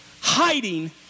hiding